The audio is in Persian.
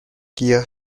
گیاه